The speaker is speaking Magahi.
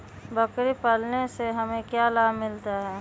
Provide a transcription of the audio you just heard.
बकरी पालने से हमें क्या लाभ मिलता है?